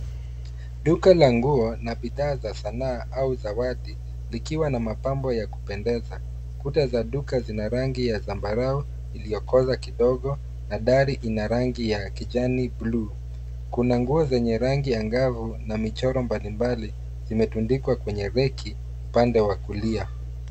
Duka la nguo na bidhaa za Sanaa au zawadi zikiwa mapambo kupendeza. Kuta za duka zina rangi ya zambarau iliyokoza kidogo na dari ina rangi ya kijani bluu. Kuna nguo zenye rangi angavu na michoro mbalimbali zimetundikwa kwenye reki upande wa kulia.